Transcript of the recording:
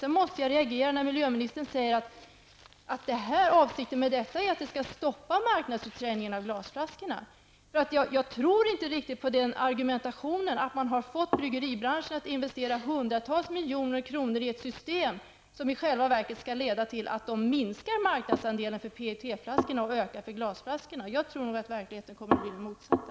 Sedan måste jag reagera när miljöministern säger att avsikten med detta är att vi skall stoppa marknadsförsäljningen av glasflaskorna. Jag tror inte riktigt på den argumentationen. Jag tror inte att man fått bryggeribranschen att investera hundratals miljoner kronor i ett system som i själva verket skall leda till att de minskar andelen av PET flaskorna och ökar andelen av glasflaskorna. Jag tror att verkligheten kommer att bli den motsatta.